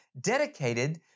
dedicated